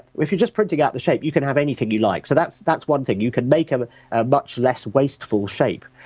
if you just printed out the shape, you can have anything you like. so that's that's one thing. you can make a ah much less wasteful shape.